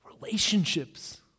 Relationships